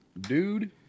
Dude